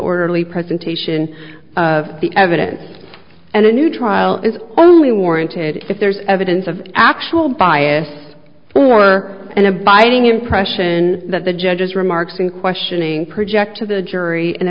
orderly presentation of the evidence and a new trial is only warranted if there's evidence of actual bias or an abiding impression that the judge's remarks in questioning project to the jury an